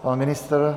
Pan ministr?